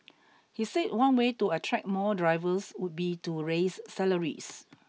he said one way to attract more drivers would be to raise salaries